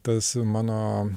tas mano